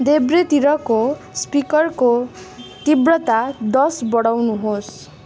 देब्रेतिरको स्पिकरको तीव्रता दस बढाउनुहोस्